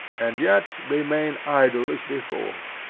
and yet remain idle as before.